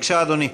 בבקשה, אדוני.